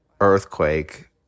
earthquake